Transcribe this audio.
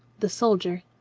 the sol dier.